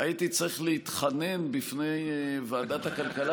הייתי צריך להתחנן בפני ועדת הכלכלה